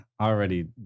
already